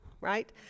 right